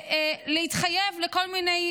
ולהתחייב לכל מיני